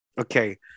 okay